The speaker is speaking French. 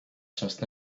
sciences